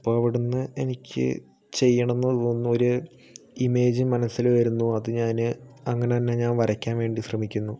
അപ്പോൾ അവിടെ നിന്ന് എനിക്ക് ചെയ്യണം എന്നു തോന്നുന്ന ഒരു ഇമേജ് മനസ്സിൽ വരുന്നു അതു ഞാൻ അങ്ങനെതന്നെ ഞാൻ വരയ്ക്കാൻ വേണ്ടി ശ്രമിക്കുന്നു